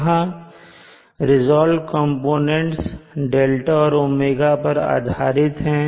यहां resolved components δ और ω पर आधारित है